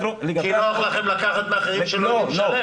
כי נוח לכם לקחת מאחרים שלא יודעים לשלם?